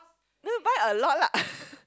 no buy a lot lah